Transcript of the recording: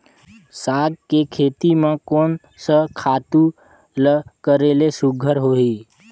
साग के खेती म कोन स खातु ल करेले सुघ्घर होही?